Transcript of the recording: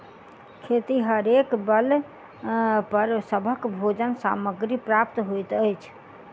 खेतिहरेक बल पर सभक भोजन सामग्री प्राप्त होइत अछि